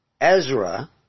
Ezra